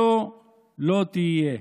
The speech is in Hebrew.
היה לא תהיה.